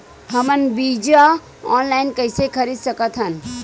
हमन बीजा ऑनलाइन कइसे खरीद सकथन?